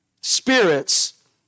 spirits